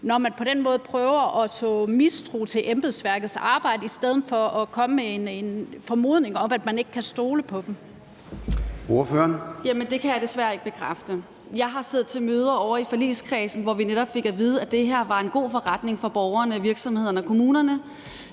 når man på den måde prøver at så mistro til embedsværkets arbejde, i stedet for at komme med en formodning om, at man ikke kan stole på dem. Kl. 13:39 Formanden (Søren Gade): Ordføreren. Kl. 13:39 Theresa Scavenius (ALT): Jamen det kan jeg desværre ikke bekræfte. Jeg har siddet til møder ovre i forligskredsen, hvor vi netop fik at vide, at det her var en god forretning for borgerne, virksomhederne og kommunerne.